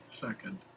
second